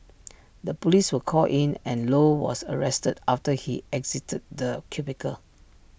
the Police were called in and low was arrested after he exited the cubicle